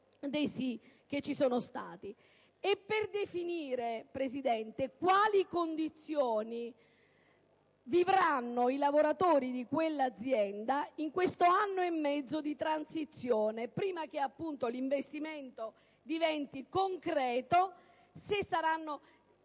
di definire, signor Presidente, in quali condizioni vivranno i lavoratori di quell'azienda in questo anno e mezzo di transizione, prima cioè che l'investimento diventi concreto. Ci chiediamo